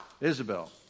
Isabel